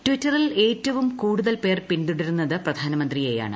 ടിറ്ററിൽ ഏറ്റവും കൂടുതൽ പേർ പിന്തുടരുന്നത് പ്രധാനമന്ത്രിയെയാണ്